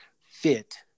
fit